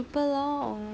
super long